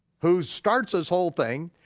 who starts this whole thing,